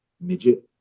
midget